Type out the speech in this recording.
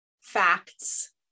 facts